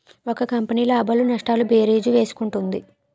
ఒక కంపెనీ లాభాలు నష్టాలు భేరీజు వేసుకుంటుంది